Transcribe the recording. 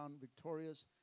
victorious